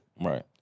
Right